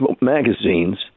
magazines